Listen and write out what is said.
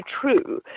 true